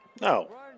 No